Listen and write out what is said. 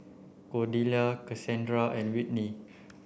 Cordelia Casandra and Whitney